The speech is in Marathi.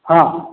हां